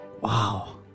wow